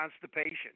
constipation